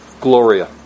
gloria